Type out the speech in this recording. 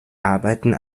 arbeiten